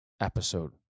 episode